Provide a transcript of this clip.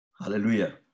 Hallelujah